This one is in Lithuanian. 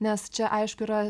nes čia aišku yra